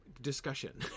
discussion